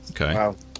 Okay